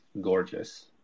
gorgeous